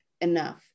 enough